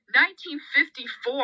1954